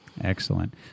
Excellent